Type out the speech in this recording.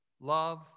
Love